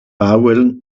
powell